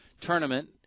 tournament